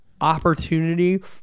opportunity